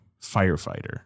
firefighter